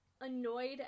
annoyed